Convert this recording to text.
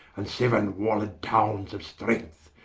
and seuen walled townes of strength,